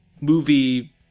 movie